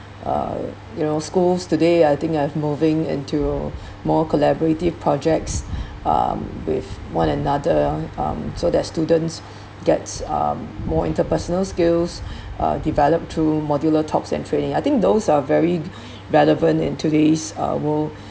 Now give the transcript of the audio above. uh you know schools today I think are moving into more collaborative projects um with one another ah um so that students gets um more interpersonal skills uh developed to modular talks and training I think those are very relevant in today's uh world